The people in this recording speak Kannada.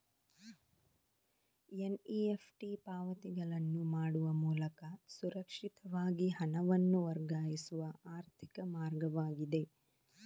ಎನ್.ಇ.ಎಫ್.ಟಿ ಪಾವತಿಗಳನ್ನು ಮಾಡುವ ಮೂಲಕ ಸುರಕ್ಷಿತವಾಗಿ ಹಣವನ್ನು ವರ್ಗಾಯಿಸುವ ಆರ್ಥಿಕ ಮಾರ್ಗವಾಗಿದೆ